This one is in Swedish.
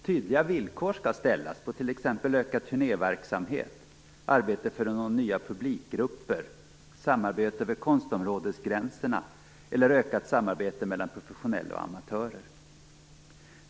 Tydliga villkor skall ställas, t.ex. på ökad turnéverksamhet, arbete för att nå nya publikgrupper, samarbete över konstområdesgränserna eller ökat samarbete mellan professionella och amatörer.